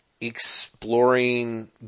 exploring